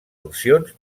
funcions